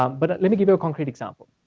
um but let me give you a concrete example.